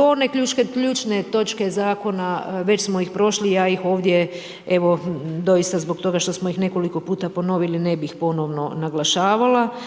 Ove ključne točke zakona, već smo ih prošli, ja ih ovdje evo doista zbog toga što smo ih nekoliko puta ponovili, ne bih ponovno naglašavala.